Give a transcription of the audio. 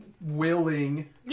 willing